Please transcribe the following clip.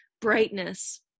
brightness